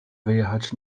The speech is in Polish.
wyjechać